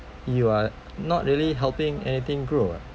you are not really helping anything grow [what]